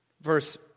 verse